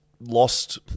lost